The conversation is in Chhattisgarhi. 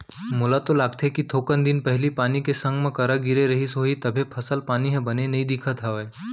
मोला तो लागथे कि थोकन दिन पहिली पानी के संग मा करा गिरे रहिस होही तभे फसल पानी ह बने नइ दिखत हवय